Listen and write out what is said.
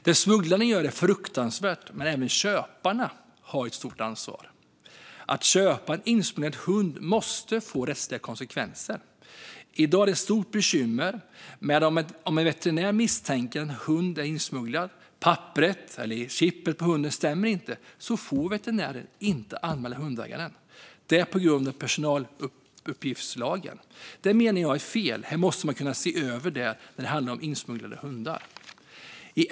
Det smugglarna gör är fruktansvärt, men även köparna har ett stort ansvar. Att köpa en insmugglad hund måste få rättsliga konsekvenser. I dag finns det ett stort bekymmer: Om en veterinär misstänker att en hund är insmugglad, om papperet eller chippet för hunden inte stämmer, får veterinären inte anmäla hundägaren - på grund av personuppgiftslagen. Det menar jag är fel. Man måste kunna se över det när det handlar om insmugglade hundar.